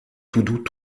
toudoux